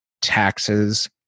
taxes